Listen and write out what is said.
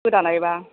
गोदानायबा